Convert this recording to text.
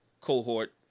cohort